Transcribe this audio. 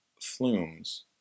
flumes